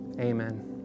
Amen